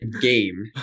game